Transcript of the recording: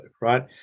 right